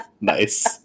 Nice